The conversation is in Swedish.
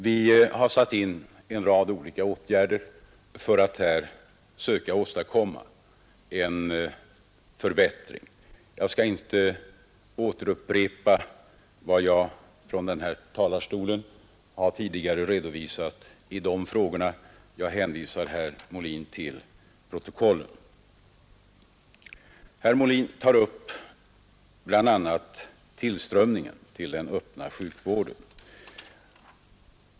Vi har satt in en rad olika åtgärder för att söka åstadkomma en förbättring på dessa punkter. Jag skall inte upprepa vad jag från denna talarstol tidigare har redovisat i de frågorna. Jag hänvisar i dessa stycken herr Molin till protokollen. Herr Molin tar bl.a. upp tillströmningen till den öppna sjukvården.